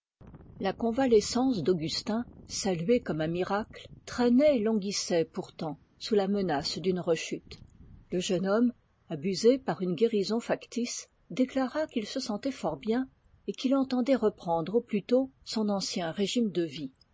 la convalescence d'augustin saluée comme un miracle traînait et languissait pourtant sous la menace d'une rechute le jeune homme abusé par une guérison factice déclara qu'il se sentait fort bien et qu'il entendait reprendre au plus tôt son ancien régime de vie